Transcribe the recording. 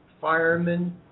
firemen